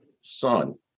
son